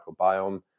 microbiome